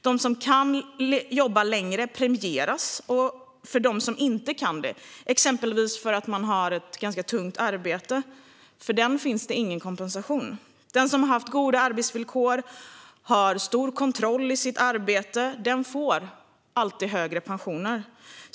Den som kan jobba länge premieras. För den som inte kan det, exempelvis för att man har ett ganska tungt arbete, finns det ingen kompensation. Den som har haft goda arbetsvillkor och hög grad av kontroll i sitt arbete får alltid högre pension.